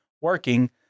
working